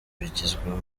bigizwemo